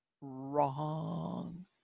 Wrong